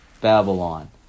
Babylon